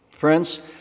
Friends